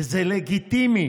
וזה לגיטימי